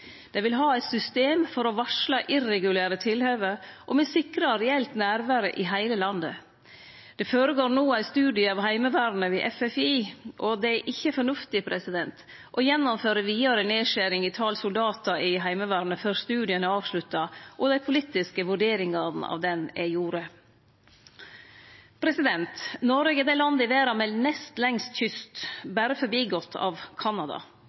Dei vil ha eit system for å varsle irregulære tilhøve, og me sikrar reelt nærvære i heile landet. Det går no føre seg ein studie av Heimevernet ved FFI. Det er ikkje fornuftig å gjennomføre vidare nedskjering i tal soldatar i Heimevernet før studien er avslutta og dei politiske vurderingane av han er gjorde. Noreg er det landet i verda med nest lengst kyst, berre slått av